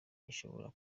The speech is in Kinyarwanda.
ishobora